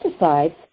pesticides